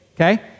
Okay